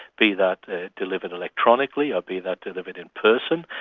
be that delivered electronically or be that delivered in person,